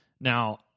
Now